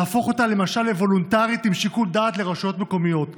להפוך אותה למשל לוולונטרית עם שיקול דעת לרשויות מקומיות,